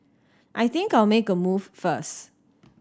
I think I'll make a move first